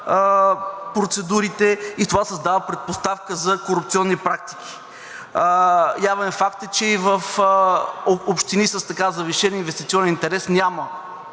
процедурите и това създава предпоставка за корупционни практики. Явен е фактът, че и в общини със завишен инвестиционен интерес няма